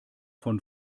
von